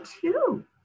two